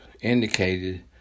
indicated